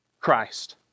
Christ